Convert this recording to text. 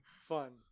fun